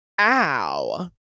Ow